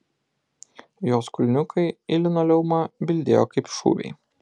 jos kulniukai į linoleumą bildėjo kaip šūviai